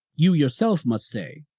you yourself must say,